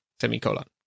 semicolon